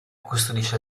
custodisce